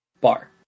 bar